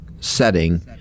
Setting